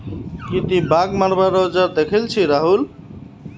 की ती बाघ मरवार औजार दखिल छि राहुल